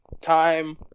time